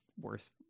worth